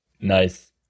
Nice